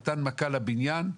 נתן מכה לבניין,